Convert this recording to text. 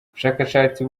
ubushakashatsi